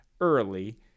early